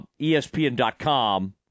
ESPN.com